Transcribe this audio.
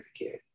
again